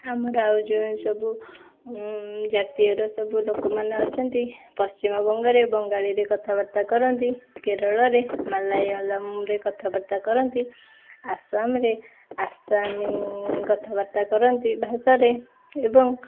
ଆମର ଆଉ ଯେଉଁ ସବୁ ଜାତୀୟର ସବୁ ଲୋକମାନେ ଅଛନ୍ତି ପଶ୍ଚିମବଙ୍ଗରେ ବଙ୍ଗାଳୀରେ କଥାବାର୍ତ୍ତା କରନ୍ତି କେରଳରେ ମାଲାୟଲମରେ କଥାବାର୍ତ୍ତା କରନ୍ତି ଆସାମରେ ଆସାମୀ କଥାବାର୍ତ୍ତା କରନ୍ତି ଭାଷାରେ ଏବଂ